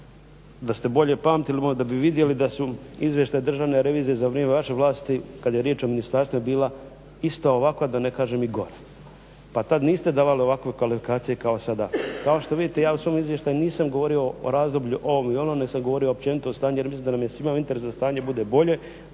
da ste bolje pamtili možda bi vidjeli da su izvještaj Državne revizije za vrijeme vaše vlasti kad je riječ o ministarstvima bila ista ovakva da ne kažem i gora, pa tak niste davali ovakve kalkulacije kao sada. Kao što vidite ja u svome izvještaju nisam govorio o razdoblju ovom i onom nego sam govorio općenito o stanju jer mislim da nam je svima u interesu da stanje bude bolje,